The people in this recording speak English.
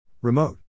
Remote